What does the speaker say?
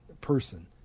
person